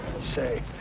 Say